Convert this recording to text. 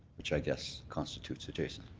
which i guess constitutes adjacent.